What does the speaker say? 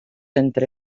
entre